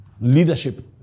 leadership